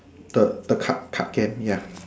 the the card card game ya